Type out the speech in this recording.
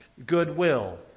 Goodwill